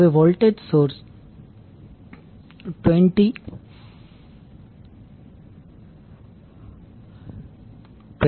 હવે voltage source 2090° છે